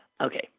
Okay